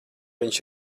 viņš